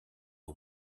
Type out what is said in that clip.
aux